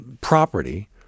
property